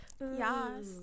Yes